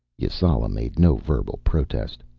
yasala made no verbal protest,